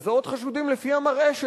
לזהות חשודים לפי המראה שלהם.